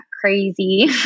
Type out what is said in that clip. crazy